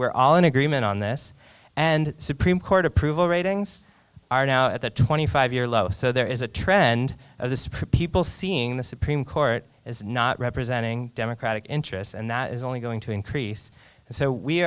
we're all in agreement on this and supreme court approval ratings are now at the twenty five year low so there is a trend of the supreme seeing the supreme court as not representing democratic interests and that is only going to increase so we